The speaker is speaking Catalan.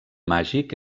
màgic